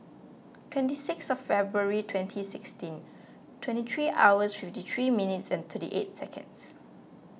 twenty sixth of February twenty sixteen twenty three hours fifty three minutes and thirty eight seconds